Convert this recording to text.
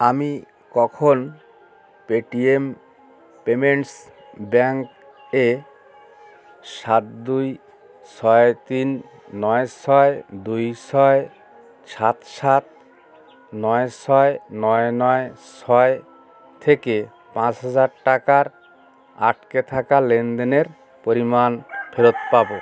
আমি কখন Paytm payments bank এ সাত দুই ছয় তিন নয় ছয় দুই ছয় সাত সাত নয় ছয় নয় নয় ছয় থেকে পাঁচ হাজার টাকার আটকে থাকা লেনদেনের পরিমাণ ফেরত পাবো